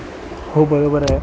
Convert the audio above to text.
हो बरोबर आहे